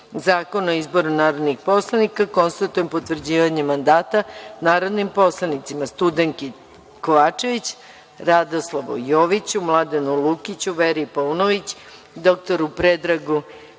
Zakona o izboru narodnih poslanika, konstatujem potvrđivanje mandata narodnim poslanicima: Studenki Kovačević, Radoslavu Joviću, Mladenu Lukiću, Veri Paunović, dr Predragu